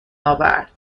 اورد